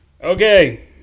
Okay